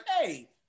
hey